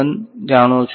1 જાણો છો